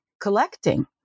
collecting